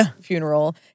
funeral